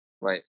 Right